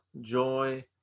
joy